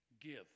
give